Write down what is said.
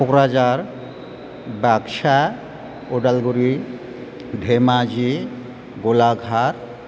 Kokrajhar Baksa Udalguri Dhemaji Golaghat